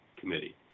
Committee